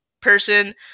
person